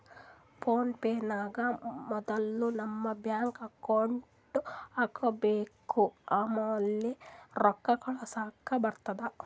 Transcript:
phone pay ನಾಗ್ ಮೊದುಲ್ ನಮ್ದು ಬ್ಯಾಂಕ್ ಅಕೌಂಟ್ ಹಾಕೊಬೇಕ್ ಆಮ್ಯಾಲ ರೊಕ್ಕಾ ಕಳುಸ್ಲಾಕ್ ಬರ್ತುದ್